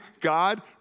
God